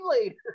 later